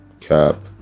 cap